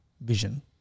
vision